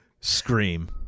Scream